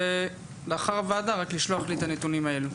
אחרי הוועדה נא לשלוח לי את הנתונים האלה.